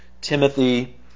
Timothy